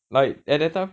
like at that time